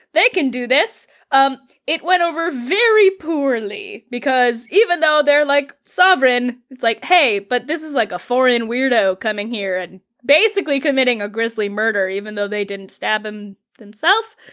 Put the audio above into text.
they can do this um it went over very poorly, because even though they're like sovereign, it's like, hey, but this is like a foreign weirdo coming here and basically committing a grisly murder, even though they didn't stab them themselves.